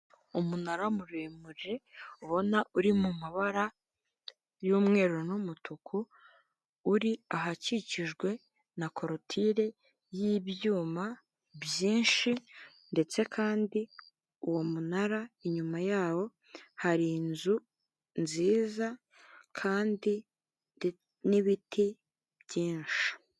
Umunara muremure ubona uri mu mabara y'umweru n'umutuku uri ahakikijwe na koroturi y'ibyuma byinshi ndetse kandi uwo munara inyuma yawo hari inzu nziza kandi nibiti byinshi.